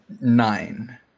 nine